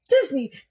disney